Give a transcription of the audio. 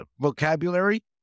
vocabulary